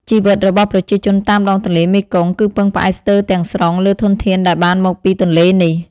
ជីវិតរបស់ប្រជាជនតាមដងទន្លេមេគង្គ គឺពឹងផ្អែកស្ទើរទាំងស្រុងលើធនធានដែលបានមកពីទន្លេនេះ។